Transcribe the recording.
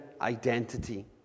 identity